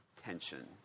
tension